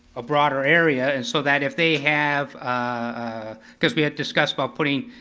a broader area, and so that if they have, ah cause we had discussed about putting,